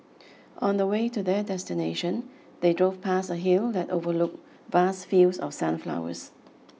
on the way to their destination they drove past a hill that overlooked vast fields of sunflowers